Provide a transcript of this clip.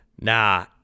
Nah